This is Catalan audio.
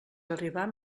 arribar